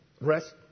rest